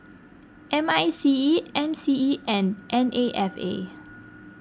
M I C E M C E and N A F A